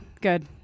Good